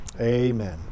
Amen